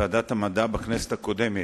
ועדת המדע בכנסת הקודמת.